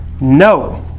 No